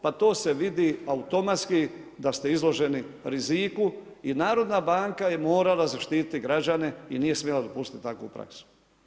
Pa to se vidi automatski da ste izloženi riziku i Narodna banka je morala zaštititi građane i nije smjela dopustiti takvu praksu.